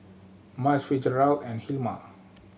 Myles Fitzgerald and Hilma